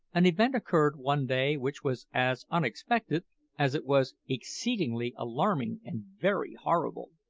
an event occurred one day which was as unexpected as it was exceedingly alarming and very horrible.